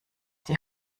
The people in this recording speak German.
die